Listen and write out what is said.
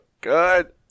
good